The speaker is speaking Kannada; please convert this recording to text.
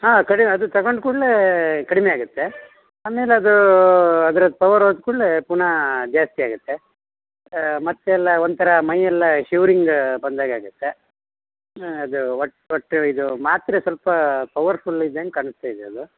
ಹಾಂ ಕಡೆ ಅದು ತಗೊಂಡು ಕೂಡಲೆ ಕಡಿಮೆ ಆಗುತ್ತೆ ಆಮೇಲೆ ಅದು ಅದ್ರದ್ದು ಪವರ್ ಹೋದ್ ಕೂಡಲೇ ಪುನಃ ಜಾಸ್ತಿ ಆಗುತ್ತೆ ಮತ್ತೆಲ್ಲ ಒಂಥರ ಮೈ ಎಲ್ಲ ಶಿವ್ರಿಂಗ ಬಂದಾಗೆ ಆಗುತ್ತೆ ಅದು ಒಟ್ಟು ಒಟ್ಟು ಇದು ಮಾತ್ರೆ ಸ್ವಲ್ಪ ಪವರ್ಫುಲ್ ಇದ್ದಂಗೆ ಕಾಣಸ್ತಾ ಇದೆ ಅದು